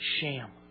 sham